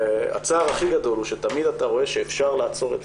הצער הכי גדול הוא שתמיד אתה רואה שאפשר לעצור.